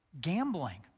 gambling